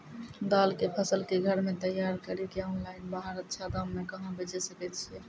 दाल के फसल के घर मे तैयार कड़ी के ऑनलाइन बाहर अच्छा दाम मे कहाँ बेचे सकय छियै?